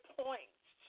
points